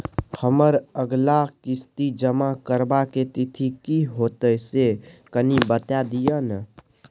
हमर अगला किस्ती जमा करबा के तिथि की होतै से कनी बता दिय न?